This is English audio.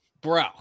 Bro